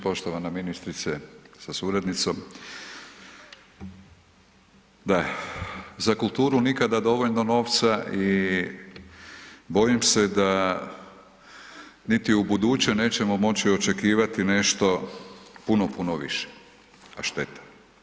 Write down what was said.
Poštovana ministrice sa suradnicom, da za kulturu nikada dovoljno novca i bojim se da niti ubuduće nećemo moći očekivati nešto puno, puno više, a šteta.